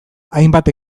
hainbat